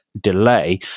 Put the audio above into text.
delay